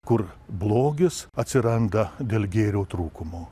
kur blogis atsiranda dėl gėrio trūkumo